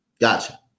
Gotcha